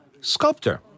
sculptor